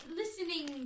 listening